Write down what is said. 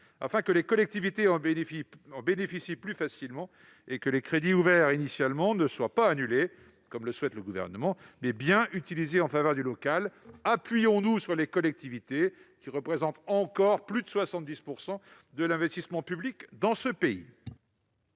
ainsi que les collectivités en bénéficient plus facilement et que les crédits ouverts initialement ne soient pas annulés, comme le souhaite le Gouvernement, et soient bien utilisés en faveur du local. Appuyons-nous sur les collectivités, qui représentent encore plus de 70 % de l'investissement public dans ce pays